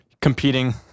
competing